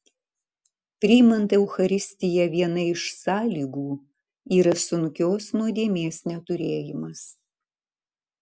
priimant eucharistiją viena iš sąlygų yra sunkios nuodėmės neturėjimas